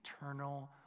eternal